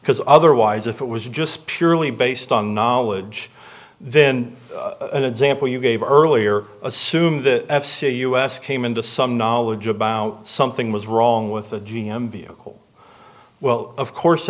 because otherwise if it was just purely based on knowledge then a sample you gave earlier assumed that f c us came into some knowledge about something was wrong with the g m vehicle well of course